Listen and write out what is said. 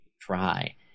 try